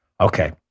Okay